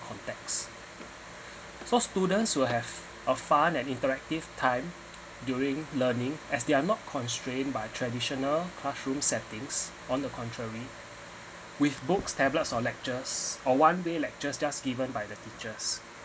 context so students will have a fun and interactive time during learning as they're not constrained by traditional classroom settings on the contrary with books tablets or lectures or one day lectures just given by the teachers